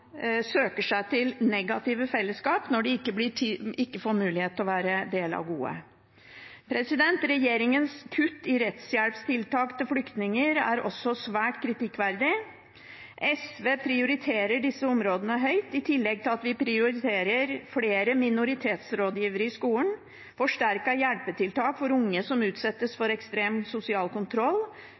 søker seg til negative fellesskap når de ikke får mulighet til å være del av gode. Regjeringens kutt i rettshjelpstiltak for flyktninger er også svært kritikkverdig. SV prioriterer disse områdene høyt, i tillegg til at vi prioriterer flere minoritetsrådgivere i skolen, forsterkede hjelpetiltak for unge som utsettes for ekstrem sosial kontroll,